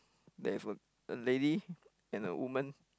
there is a a lady and a woman